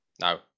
No